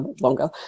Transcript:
longer